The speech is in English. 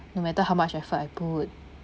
no matter how much effort I put